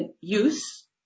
use